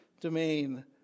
domain